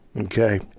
Okay